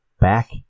back